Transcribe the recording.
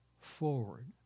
forward